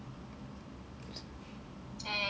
and what else can I spill